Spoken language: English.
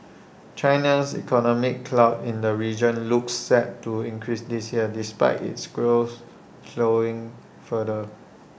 China's economic clout in the region looks set to increase this year despite its growth slowing further